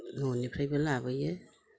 न'निफ्रायबो लाबोयो